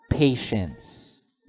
Patience